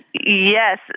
Yes